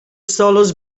solos